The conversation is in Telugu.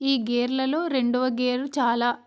ఈ గేర్లలో రెండవ గేర్ చాలా